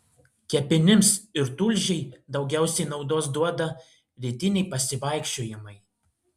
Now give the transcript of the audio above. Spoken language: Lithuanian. kepenims ir tulžiai daugiausiai naudos duoda rytiniai pasivaikščiojimai